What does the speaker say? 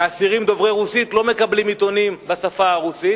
אסירים דוברי רוסית לא מקבלים עיתונים בשפה הרוסית